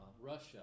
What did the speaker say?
Russia